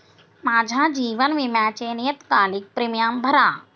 माझ्या जीवन विम्याचे नियतकालिक प्रीमियम भरा